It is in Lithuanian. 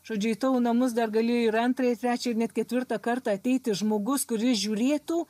žodžiu į tavo namus dar galėjo ir antrą ir trečią ir net ketvirtą kartą ateiti žmogus kuris žiūrėtų